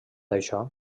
això